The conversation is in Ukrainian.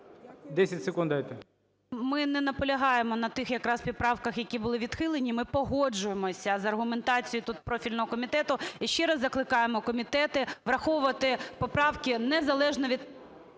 Ми не наполягаємо на тих якраз правках, які були відхилені, ми погоджуємось з аргументацією тут профільного комітету. І ще раз закликаємо комітети враховувати поправки незалежно від